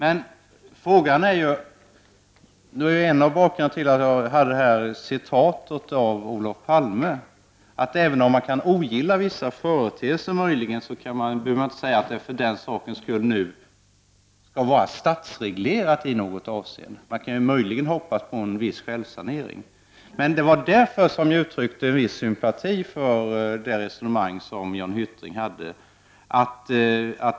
En av anledningarna till att jag citerade Olof Palme var att jag anser att man kan ogilla vissa företeelser utan att därför kräva att de skall statsregleras i något avseende. Man kan hoppas på en viss självsanering. Det var därför jag uttryckte en viss sympati för det resonemang som Jan Hyttring förde.